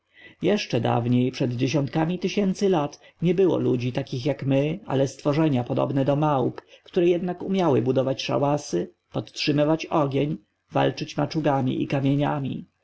jeszcze dawniej przed dziesiątkami tysięcy lat nie było ludzi takich jak my ale stworzenia podobne do małp które jednak umiały budować szałasy podtrzymywać ogień walczyć maczugami i kamieniami